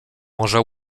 może